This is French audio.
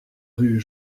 rue